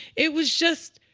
it was just